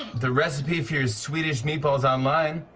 the recipe for your swedish meatballs online.